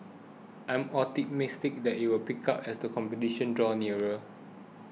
I am optimistic that it will pick up as the competition draw nearer